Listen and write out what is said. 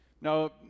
Now